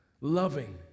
loving